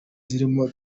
zirimo